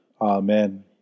Amen